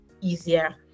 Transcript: easier